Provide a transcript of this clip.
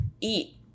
eat